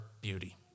beauty